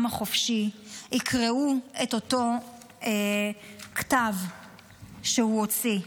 החופשי יקראו את אותו כתב שהוא הוציא.